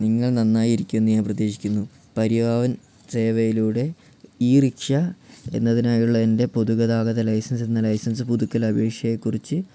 നിങ്ങൾ നന്നായിരിക്കുമെന്നു ഞാൻ പ്രതീക്ഷിക്കുന്നു പരിവാഹൻ സേവയിലൂടെ ഇ റിക്ഷ എന്നതിനായുള്ള എൻ്റെ പൊതുഗതാഗത ലൈസെൻസെന്ന ലൈസെൻസ് പുതുക്കലപേക്ഷയെക്കുറിച്ച്